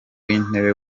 intebe